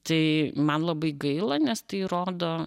tai man labai gaila nes tai rodo